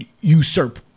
usurp